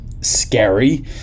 scary